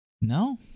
no